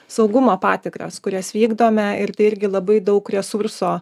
saugumo patikras kurias vykdome ir tai irgi labai daug resurso